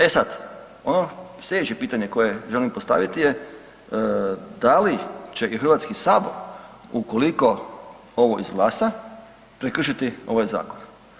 E sada ono sljedeće pitanje koje želim postaviti da li će ga Hrvatski sabor ukoliko ovo izglasa prekršiti ovaj zakon?